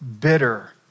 bitter